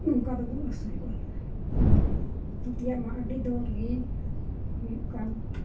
ᱱᱚᱝᱠᱟ ᱫᱚᱵᱚᱱ ᱟᱹᱥᱩᱞᱚᱜᱼᱟ ᱟᱨ ᱩᱛᱩ ᱛᱮᱭᱟᱜ ᱢᱟ ᱟᱹᱰᱤ ᱫᱚᱨ ᱜᱮ ᱦᱩᱭᱩᱜ ᱠᱟᱱ